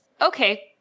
Okay